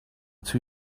too